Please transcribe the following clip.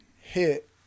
hit